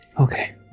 Okay